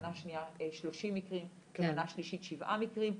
מנה שנייה 30 מקרים ומנה שלישית שבעה מקרים.